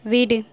வீடு